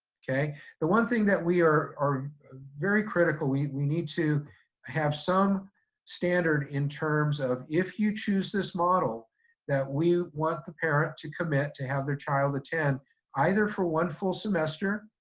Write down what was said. the one thing that we are are very critical, we we need to have some standard in terms of if you choose this model that we want the parent to commit to have their child attend either for one full semester,